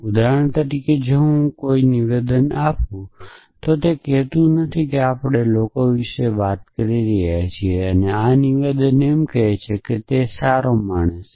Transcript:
ઉદાહરણ તરીકે જો હું કોઈ નિવેદન આપું છું તો તે કહેતું નથી કે આપણે લોકો વિશે વાત કરી રહ્યા છીએ અને આ નિવેદન એમ કહે છે કે તેમ સારો માણસ છે